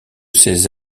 ces